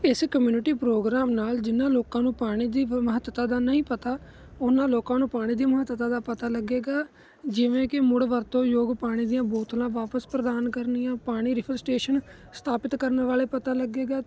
ਇਸ community programme ਨਾਲ ਜਿਹਨਾਂ ਲੋਕਾਂ ਨੂੰ ਪਾਣੀ ਦੀ ਮਹੱਤਤਾ ਦਾ ਨਹੀਂ ਪਤਾ ਉਹਨਾਂ ਲੋਕਾਂ ਨੂੰ ਪਾਣੀ ਦੀ ਮਹੱਤਤਾ ਦਾ ਪਤਾ ਲੱਗੇਗਾ ਜਿਵੇਂ ਕਿ ਮੁੜ ਵਰਤੋਂ ਯੋਗ ਪਾਣੀ ਦੀਆਂ ਬੋਤਲਾਂ ਵਾਪਿਸ ਪ੍ਰਦਾਨ ਕਰਨੀਆਂ ਪਾਣੀ ਰਿਫਿਲ ਸਟੇਸ਼ਨ ਸਥਾਪਿਤ ਕਰਨ ਵਾਲੇ ਪਤਾ ਲੱਗੇਗਾ